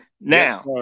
Now